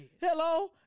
Hello